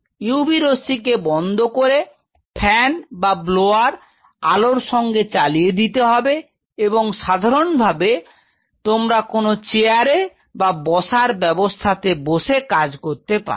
UV রশ্মি কে বন্ধ করে ফ্যান বা ব্লোয়ার আলোর সঙ্গে চালিয়ে দিতে হবে এবং সাধারণভাবে তোমরা কোন চেয়ারে বা বসার ব্যবস্থা তে বসে কাজ করতে পারো